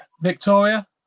Victoria